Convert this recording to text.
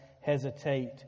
hesitate